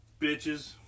bitches